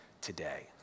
today